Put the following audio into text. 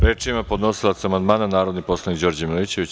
Reč ima podnosilac amandmana, narodni poslanik Đorđe Milićević.